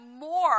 more